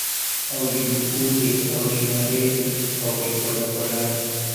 Audi dukkuje, audi nareeje, audi kolakolaje.